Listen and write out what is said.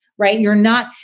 right? you're not.